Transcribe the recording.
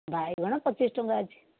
ବାଇଗଣ ପଚିଶଟଙ୍କା ଅଛି